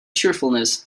cheerfulness